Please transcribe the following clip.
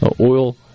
oil